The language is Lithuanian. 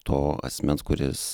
to asmens kuris